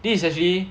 this is actually